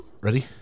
Ready